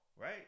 right